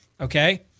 Okay